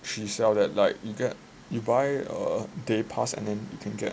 she sell that like you get you buy a day pass and then you can get